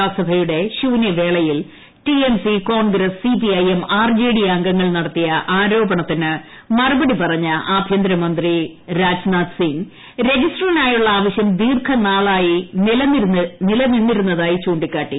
ലോക്സഭയുടെ ശൂന്യവേളയിൽ T M C Congress C P I M R J D അംഗങ്ങൾ നടത്തിയ ആരോപണത്തിന് മറുപടി പറഞ്ഞ ആഭ്യന്തര മന്ത്രി ശ്രീ രാജ്നാഥ് സിംഗ് രജിസ്റ്ററിനായുള്ള ആവശ്യം ദീർഘനാളായി നിലനിന്നിരുന്നതായി ചൂ ിക്കാട്ടി